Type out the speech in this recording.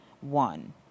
one